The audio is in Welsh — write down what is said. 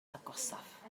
agosaf